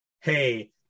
hey